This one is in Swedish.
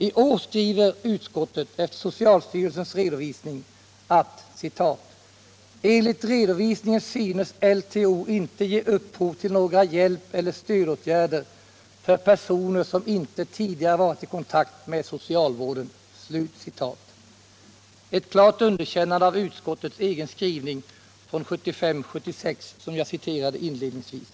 I år skriver utskottet efter socialstyrelsens redovisning: ”Enligt redovisningen synes LTO inte ge upphov till några hjälpeller stödåtgärder för personer som inte tidigare varit i kontakt med socialvården.” Ett klart underkännande av utskottets egen skrivning från 1975/76, som jag citerade inledningsvis.